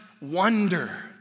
wonder